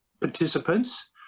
participants